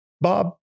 Bob